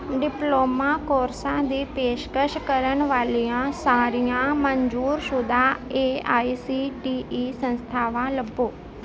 diploma ਕੋਰਸਾਂ ਦੀ ਪੇਸ਼ਕਸ਼ ਕਰਨ ਵਾਲੀਆਂ ਸਾਰੀਆਂ ਮਨਜ਼ੂਰਸ਼ੁਦਾ A I C T E ਸੰਸਥਾਵਾਂ ਲੱਭੋ